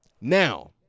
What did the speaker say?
Now